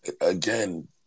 again